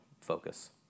focus